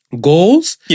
goals